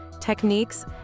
Techniques